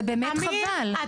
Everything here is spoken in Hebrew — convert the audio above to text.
אמיר,